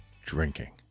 drinking